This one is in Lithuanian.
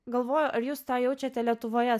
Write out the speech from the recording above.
galvoju ar jūs tą jaučiate lietuvoje